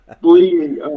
Believe